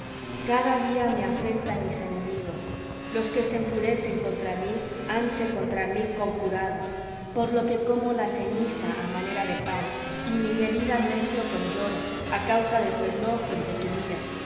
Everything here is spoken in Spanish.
cada día me afrentan mis enemigos los que se enfurecen contra mí hanse contra mí conjurado por lo que como la ceniza á manera de pan y mi bebida mezclo con lloro a causa de tu enojo y de tu ira